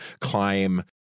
climb